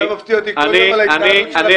אתה מפתיע אותי כל יום על ההתנהלות של הקואליציה.